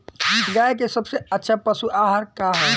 गाय के सबसे अच्छा पशु आहार का ह?